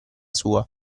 sua